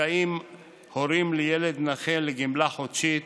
זכאים הורים לילד נכה לגמלה חודשית,